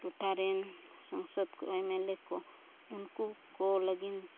ᱴᱚᱴᱷᱟ ᱨᱮᱱ ᱥᱚᱝᱥᱚᱫ ᱠᱚ ᱮᱢ ᱮᱞ ᱮ ᱠᱚ ᱩᱱᱠᱩ ᱠᱚ ᱞᱟᱹᱜᱤᱫ